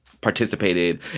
participated